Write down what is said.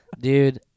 dude